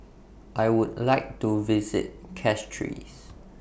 I Would like to visit Castries